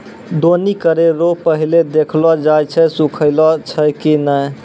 दौनी करै रो पहिले देखलो जाय छै सुखलो छै की नै